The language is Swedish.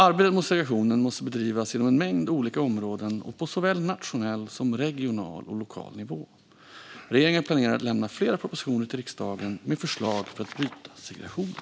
Arbetet mot segregationen måste bedrivas inom en mängd olika områden och på såväl nationell som regional och lokal nivå. Regeringen planerar att lämna flera propositioner till riksdagen med förslag för att bryta segregationen.